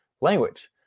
language